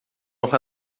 noch